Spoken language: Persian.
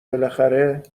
بالاخره